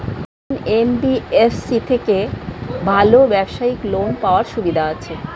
কোন এন.বি.এফ.সি থেকে ভালো ব্যবসায়িক লোন পাওয়ার সুবিধা আছে?